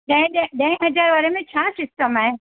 ॾहें ॾ ॾहें हज़ारे वारे में छा सिस्टम आहे